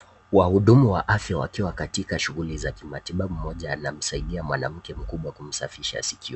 Wahudumu wa afya wakiwa katika shughuli za matibabu, mmoja anasaidia mwanamke mkubwa kumsafisha sikio.